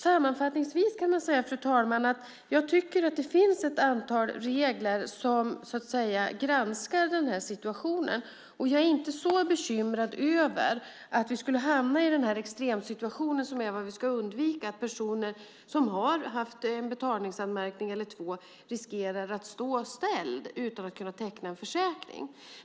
Sammanfattningsvis kan man säga, fru talman, att jag tycker att det finns ett antal regler för den här situationen. Jag är inte så bekymrad över att vi skulle hamna i den här extrema situationen, som är vad vi ska undvika, att personer som har haft en betalningsanmärkning eller två riskerar att stå ställda utan att kunna teckna en försäkring.